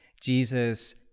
Jesus